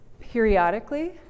periodically